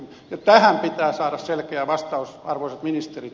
tähän pitää saada selkeä vastaus arvoisat ministerit